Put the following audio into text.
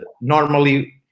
normally